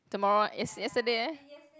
tomorrow what yes~ yesterday eh